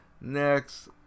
next